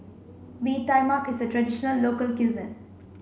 Bee Tai Mak is a traditional local cuisine